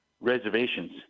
reservations